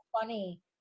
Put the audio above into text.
funny